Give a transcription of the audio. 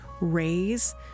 raise